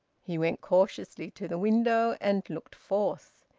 he went cautiously to the window and looked forth.